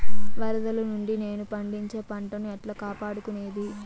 వరదలు నుండి నేను పండించే పంట ను ఎట్లా కాపాడుకునేది?